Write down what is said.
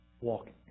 walking